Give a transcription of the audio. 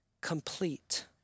complete